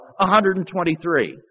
123